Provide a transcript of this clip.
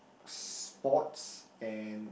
sports and